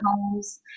homes